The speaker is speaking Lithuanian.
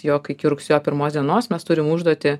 jog iki rugsėjo pirmos dienos mes turim užduotį